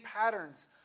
patterns